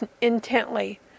intently